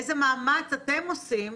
איזה מאמץ אתם עושים